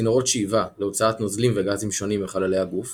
צינורות שאיבה להוצאת נוזלים וגזים שונים מחללי הגוף